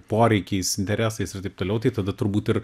poreikiais interesais ir taip toliau tai tada turbūt ir